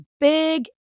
big